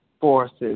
forces